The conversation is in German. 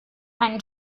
einen